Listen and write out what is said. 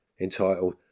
entitled